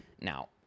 Now